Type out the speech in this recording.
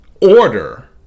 order